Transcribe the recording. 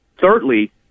thirdly